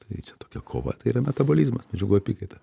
tai čia tokia kova tai yra metabolizmas medžiagų apykaita